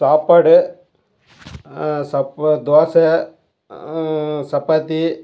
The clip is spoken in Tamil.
சாப்பாடு சப்பா தோசை சப்பாத்தி